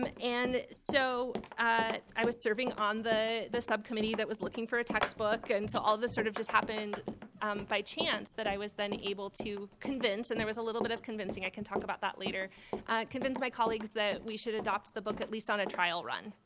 um and so ah i was serving on the the subcommittee that was looking for a textbook. and so all of this sort of just happened by chance that i was then able to convince and there was a little bit of convincing. i can talk about that later. i convinced my colleagues that we should adopt the book at least on a trial run.